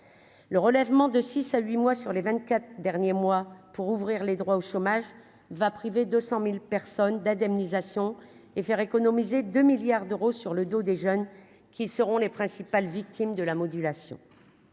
le relèvement de 6 à 8 mois sur les 24 derniers mois pour ouvrir les droits au chômage va priver 200000 personnes d'indemnisation et faire économiser 2 milliards d'euros sur le dos des jeunes qui seront les principales victimes de la modulation